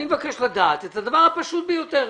אני מבקשת לדעת את הדבר הפשוט ביותר.